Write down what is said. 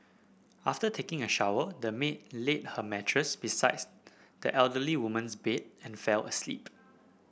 after taking a shower the maid laid her mattress beside the elderly woman's bed and fell asleep